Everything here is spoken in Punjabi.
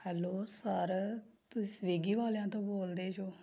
ਹੈਲੋ ਸਰ ਤੁਸੀਂ ਸਵੀਗੀ ਵਾਲਿਆਂ ਤੋਂ ਬੋਲਦੇ ਜੋ